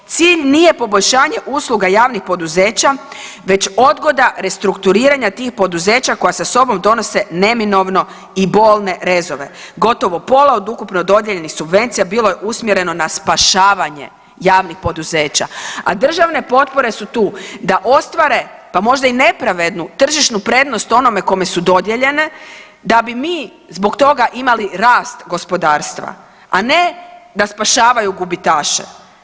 Cilj nije poboljšanje usluga javnih poduzeća već odgoda restrukturiranja tih poduzeća koja sa sobom donose neminovno i bolne rezove, gotovo pola od ukupno dodijeljenih subvencija bilo je usmjereno na spašavanje javnih poduzeća, a državne potpore su tu da ostvare pa možda i nepravednu tržišnu prednost onome kome su dodijeljene da bi mi zbog toga imali rast gospodarstva, a ne da spašavaju gubitaše.